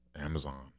Amazon